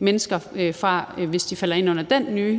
mennesker, der falder ind under den,